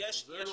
אלא חדשים,